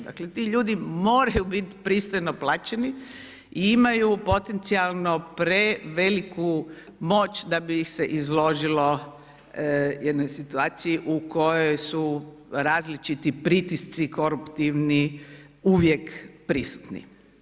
Dakle ti ljudi moraju biti pristojno plaćeni i imaju potencijalno preveliku moć da bi ih se izložilo jednoj situaciji u kojoj su različiti pritisci koruptivni uvijek prisutni.